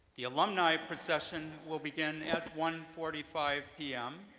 the alumni procession will begin at one forty five p m,